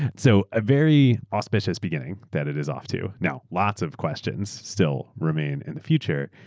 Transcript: so a very auspicious beginning that it is off to. now, lots of questions still remain in the future,